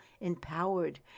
empowered